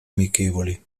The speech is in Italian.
amichevoli